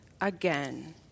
again